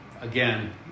again